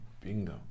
Bingo